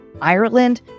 Ireland